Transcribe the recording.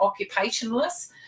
occupationless